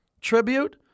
tribute